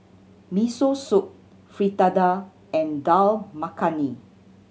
Miso Soup Fritada and Dal Makhani